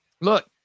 Look